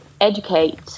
educate